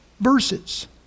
verses